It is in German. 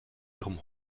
ihrem